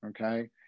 okay